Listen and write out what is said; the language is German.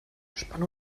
spanne